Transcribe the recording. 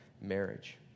marriage